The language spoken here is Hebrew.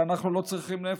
הרי אנחנו לא צריכים נפט,